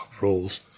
Rules